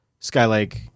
Skylake